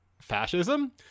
fascism